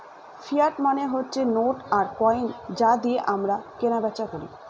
fiat মানে হচ্ছে note আর কয়েন যা দিয়ে আমরা কেনা বেচা করি